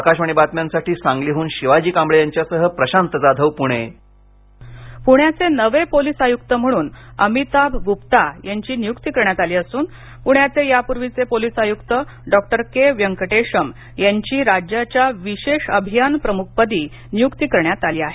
आकाशवाणी बातम्यांसाठी सांगलीहन शिवाजी कांबळे यांच्यासह प्रशांत जाधव पुणे नियुक्ती पूण्याचे नवे पोलीस आयुक्त म्हणून अमिताभ गुप्ता यांची नियुक्ती करण्यात आली असून पूण्याचे यापूर्वीचे पोलीस आयुक्त डॉ के व्यकटेशम यांची राज्याच्या विशेष अभियान प्रम्ख पदी निय्क्ती करण्यात आली आहे